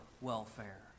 welfare